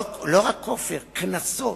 לא רק כופר, קנסות,